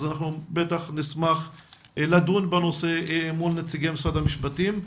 אז אנחנו בטח נשמח לדון בנושא מול נציגי משרד המשפטים.